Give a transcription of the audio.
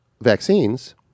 vaccines